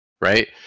right